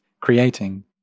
creating